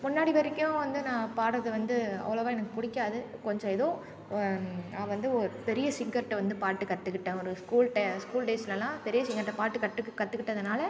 முன்னாடி வரைக்கும் வந்து நான் பாடுறது வந்து அவ்வளோவா எனக்கு பிடிக்காது கொஞ்சம் எதோ நான் வந்து ஒரு பெரிய சிங்கர்கிட்ட வந்து பாட்டு கற்றுக்கிட்டேன் ஒரு ஸ்கூல் ட ஸ்கூல் டேஸ்லலாம் பெரிய சிங்கர்கிட்ட பாட்டு கட்டு கற்றுக்கிட்டதுனால